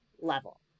level